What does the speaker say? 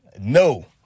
no